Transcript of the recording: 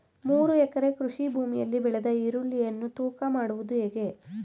ಮೂರು ಎಕರೆ ಕೃಷಿ ಭೂಮಿಯಲ್ಲಿ ಬೆಳೆದ ಈರುಳ್ಳಿಯನ್ನು ತೂಕ ಮಾಡುವುದು ಹೇಗೆ?